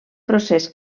procés